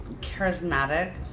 charismatic